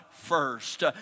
First